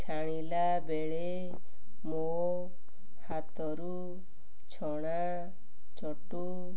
ଛାଣିଲା ବେଳେ ମୋ ହାତରୁ ଛଣା ଚଟୁ